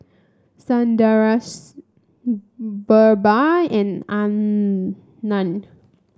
Sundaraiah BirbaL and Anand